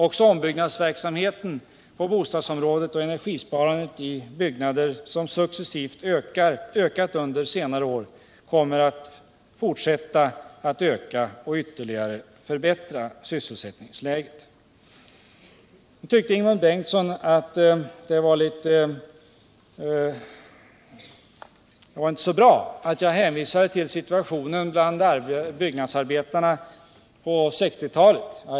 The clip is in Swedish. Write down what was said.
Också ombyggnadsverksamheten på bostadsområdet och energisparande åtgärder i byggnader har successivt ökat under senare år och kommer att fortsätta att öka och ytterligare förbättra sysselsättningsläget. Ingemund Bengtsson tyckte inte att det var bra att jag hänvisade till situationen bland byggnadsarbetarna på 1960-talet.